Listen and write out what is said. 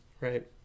right